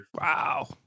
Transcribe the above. Wow